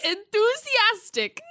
Enthusiastic